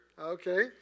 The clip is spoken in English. Okay